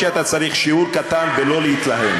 מה קיבלתם כדי להצביע,